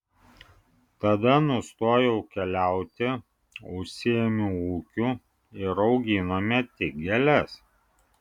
tada nustojau keliauti užsiėmiau ūkiu ir auginome tik gėles